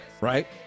right